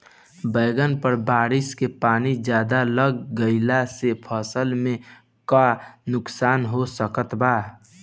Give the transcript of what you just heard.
बैंगन पर बारिश के पानी ज्यादा लग गईला से फसल में का नुकसान हो सकत बा?